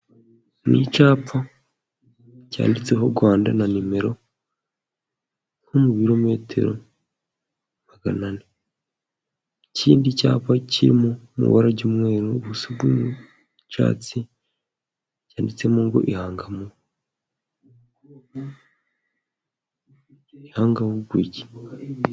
Ni icyapa cyanditseho Rwanda na nimero nko mu birometero magana ane, ikindi cyapa kiri mu ibara ry'umweru ubusa bw'icyatsi cyanditsemo ngo ihanga mu gihangabuguki.